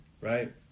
right